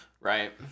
Right